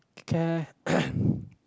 care